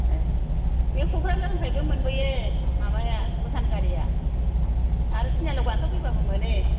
ए बे क'क्राझारनिफ्रायबो मोनबोयो माबाया भुटान गारिया आरो थिनियालियाव गाखो फैबाबो मोनो